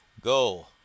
Go